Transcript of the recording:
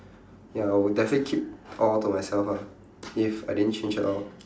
ya I would definitely keep all to myself lah if I didn't change at all